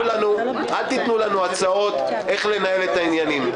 אל תתנו לנו הצעות איך לנהל את העניינים,